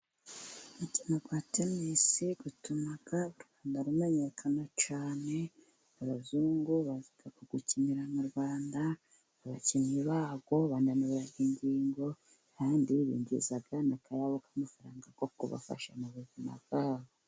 Umukino wa tenis, utuma urwanda rumenyekana cyane, abazungu baza gukinira murwanda, abakinnyi babo bananura ingingo, kandi binjiza n'akayabo k'amafaranga ko kubafasha mu buzima bwabo.